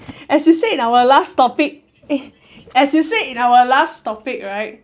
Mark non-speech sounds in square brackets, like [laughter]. as you said in our last topic [noise] as you said in our last topic right